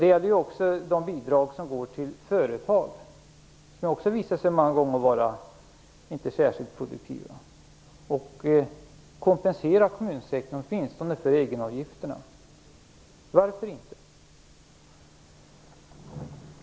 Det gäller också de bidrag som går till företag, som många gånger har visat sig inte vara särskilt produktiva. Man kunde åtminstone kompensera kommunsektorn för egenavgifterna. Varför kan man inte göra det?